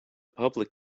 public